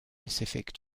specific